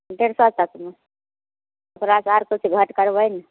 डेढ़ सए तकमे ओकरा किछु घट करबै ने